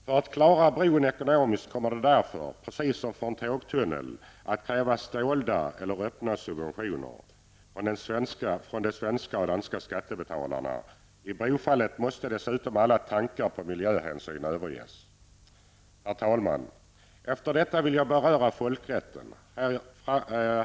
För att klara bron ekonomiskt kommer det därför -- precis som för en tågtunnel -- att krävas dolda eller öppna subventioner från de svenska och danska skattebetalarna. I brofallet måste dessutom alla tankar på miljöhänsyn överges. Herr talman! Efter detta vill jag beröra folkrätten.